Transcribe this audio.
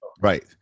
Right